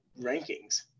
rankings